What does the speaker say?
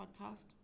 podcast